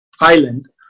island